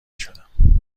شدم